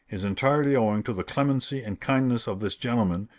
is entirely owing to the clemency and kindness of this gentleman,